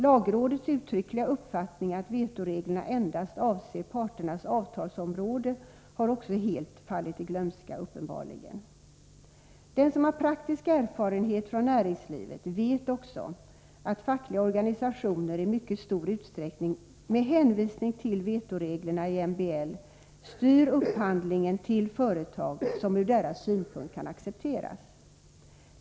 Lagrådets uttryckliga uppfattning att vetoreglerna endast avser parternas avtalsområde har uppenbarligen helt fallit i glömska. Den som har praktisk erfarenhet från näringslivet vet också att fackliga organisationer i mycket stor utsträckning, med hänvisning till vetoreglerna i MBL, styr upphandlingen till företag som ur deras synpunkt kan accepteras.